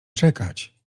czekać